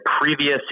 previous